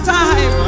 time